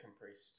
priest